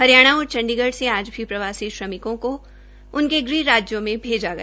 हरियाणा और चंडीगढ़ से आज भी प्रवासी श्रमिकों को उनके गृह राज्यों में भेजा गया